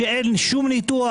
שום ניתוח,